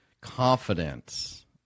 confidence